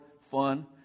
fun